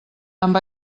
amb